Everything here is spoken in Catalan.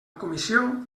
comissió